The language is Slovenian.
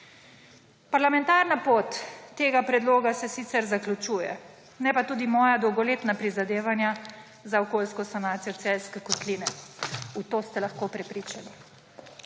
Parlamentarna pot tega predloga se sicer zaključuje; ne pa tudi moja dolgoletna prizadevanja za okoljsko sanacijo Celjske kotline, v to ste lahko prepričani.